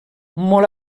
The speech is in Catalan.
molt